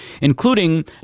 including